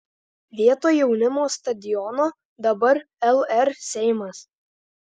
vietoj jaunimo stadiono dabar lr seimas